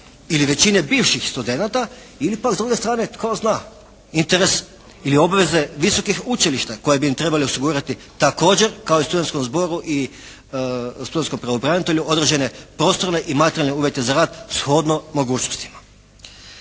ili većine bivših studenata ili pak s druge strane, tko zna, interes ili obveze visokih učilišta koja bi im trebala osigurati također kao i studentskom zboru i studentskom pravobranitelju određene prostore i materijalne uvjete za rad shodno mogućnostima.